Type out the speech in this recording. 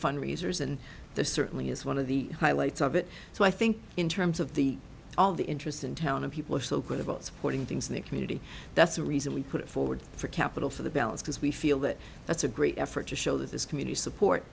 fundraisers and the certainly is one of the highlights of it so i think in terms of the all the interest in town and people are so good about supporting things in the community that's the reason we put it forward for capital for the balance because we feel that that's a great effort to show that this community support